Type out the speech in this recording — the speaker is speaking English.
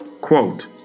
Quote